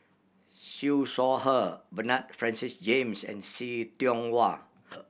Siew Shaw Her Bernard Francis James and See Tiong Wah